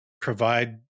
provide